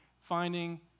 finding